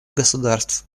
государств